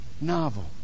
novel